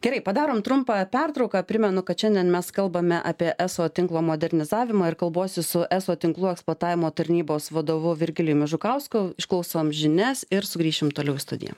gerai padarom trumpą pertrauką primenu kad šiandien mes kalbame apie eso tinklo modernizavimą ir kalbuosi su eso tinklų eksploatavimo tarnybos vadovu virgilijumi žukausku išklausom žinias ir sugrįšim toliau į studiją